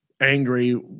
angry